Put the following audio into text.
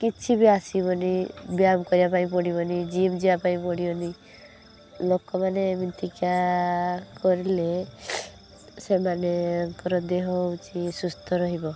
କିଛି ବି ଆସିବନି ବ୍ୟାୟାମ କରିବା ପାଇଁ ପଡ଼ିବନି ଜିମ୍ ଯିବା ପାଇଁ ପଡ଼ିବନି ଲୋକମାନେ ଏମିତିକା କରିଲେ ସେମାନଙ୍କର ଦେହ ହେଉଛି ସୁସ୍ଥ ରହିବ